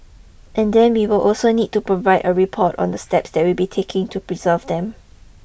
and then we will also need to provide a report on the steps that we be taking to preserve them